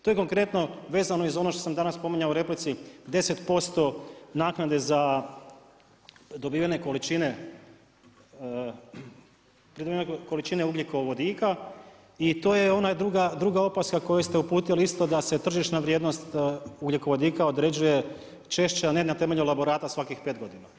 To je konkretno vezano i za ono što sam danas spominjao u replici, 10% naknade za dobivene količine ugljikovodika, i to je ona druga opaska koju ste uputili isto da se tržišna vrijednost ugljikovodika određuje češće a ne na temelju elaborata svakih 5 godina.